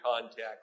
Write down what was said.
context